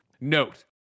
note